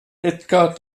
edgar